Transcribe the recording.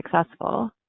successful